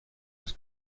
was